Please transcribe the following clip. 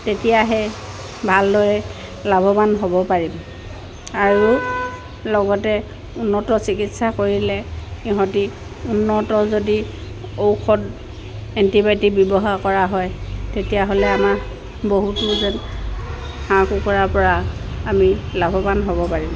তেতিয়াহে ভালদৰে লাভৱান হ'ব পাৰিম আৰু লগতে উন্নত চিকিৎসা কৰিলে সিহঁতি উন্নত যদি ঔষধ এণ্টিবিবায়'টিক ব্যৱহাৰ কৰা হয় তেতিয়াহ'লে আমাৰ বহুতো যেন হাঁহ কুকুৰাৰ পৰা আমি লাভৱান হ'ব পাৰিম